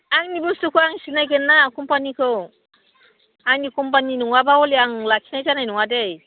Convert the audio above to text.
आंनि बुस्तुखौ आं सिनायगोनना कम्पानिखौ आंनि कम्पानि नङाबा हले आं लाखिनाय जानाय नङा दै